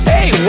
Hey